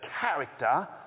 character